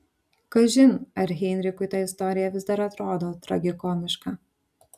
kažin ar heinrichui ta istorija vis dar atrodo tragikomiška